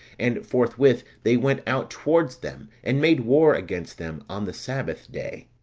and forthwith they went out towards them, and made war against them on the sabbath day.